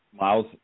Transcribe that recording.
Miles –